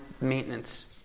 maintenance